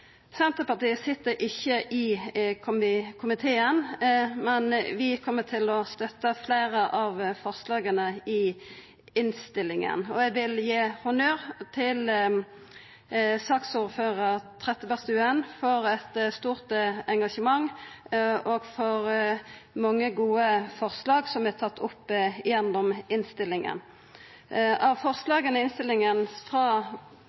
Senterpartiet sit ikkje i komiteen, men vi kjem til å støtta fleire av forslaga i innstillinga. Eg vil gi honnør til saksordføraren, Anette Trettebergstuen, for eit stort engasjement og for mange gode forslag som er tatt opp i innstillinga. Av forslaga frå